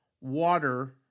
water